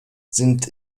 sind